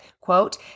quote